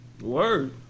Word